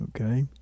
Okay